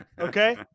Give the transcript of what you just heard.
Okay